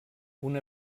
una